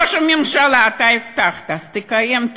ראש הממשלה, אתה הבטחת, אז תקיים.